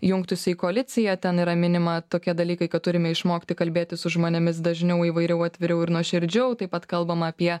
jungtųsi į koaliciją ten yra minima tokie dalykai kad turime išmokti kalbėtis su žmonėmis dažniau įvairiau atviriau ir nuoširdžiau taip pat kalbama apie